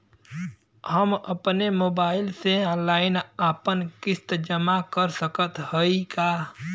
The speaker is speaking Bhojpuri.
हम अपने मोबाइल से ऑनलाइन आपन किस्त जमा कर सकत हई का?